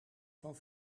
van